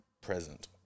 present